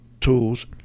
tools